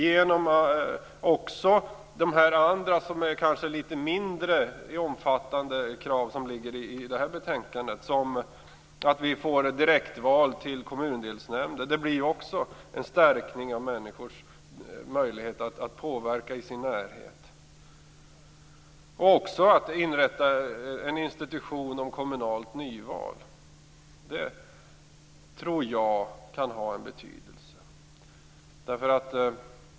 Det kan också ske genom de andra, kanske litet mindre omfattande, krav som ligger i det här betänkandet. Det gäller t.ex. att vi får direktval till kommundelsnämnder. Det innebär också en förstärkning av människors möjlighet att påverka i sin närhet. Detsamma gäller inrättandet av en institution om kommunalt nyval. Det tror jag kan ha en betydelse.